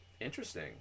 Interesting